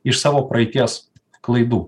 iš savo praeities klaidų